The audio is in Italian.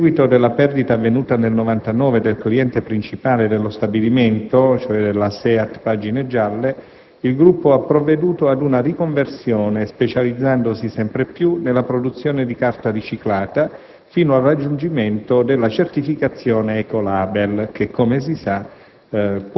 A seguito della perdita avvenuta nel 1999 del cliente principale dello stabilimento, cioè della SEAT Pagine Gialle, il Gruppo ha provveduto ad una riconversione specializzandosi sempre più nella produzione di carta riciclata, fino a raggiungere la certificazione ECOLABEL che, come si sa,